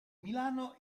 milano